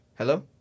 Hello